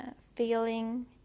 feeling